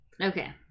Okay